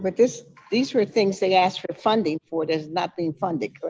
but this these were things they asked for funding for that's not being funded,